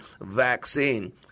vaccine